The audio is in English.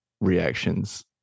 reactions